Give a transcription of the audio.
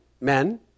men